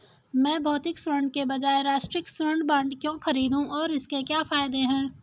मैं भौतिक स्वर्ण के बजाय राष्ट्रिक स्वर्ण बॉन्ड क्यों खरीदूं और इसके क्या फायदे हैं?